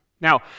Now